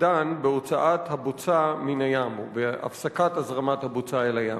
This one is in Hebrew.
השפד"ן בהוצאת הבוצה מן הים או בהפסקת הזרמת הבוצה אל הים?